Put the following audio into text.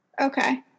okay